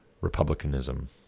republicanism